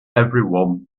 everyone